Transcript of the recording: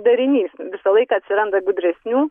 darinys visą laiką atsiranda gudresnių